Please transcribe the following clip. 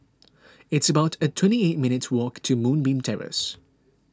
it's about a twenty eight minutes' walk to Moonbeam Terrace